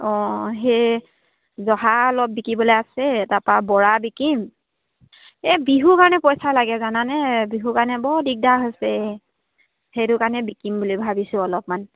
অঁ সেই জহা অলপ বিকিবলৈ আছে তাৰপৰা বৰা বিকিম এই বিহুৰ কাৰণে পইচা লাগে জানানে বিহুৰ কাৰণে বৰ দিগদাৰ হৈছে সেইটো কাৰণে বিকিম বুলি ভাবিছোঁ অলপমান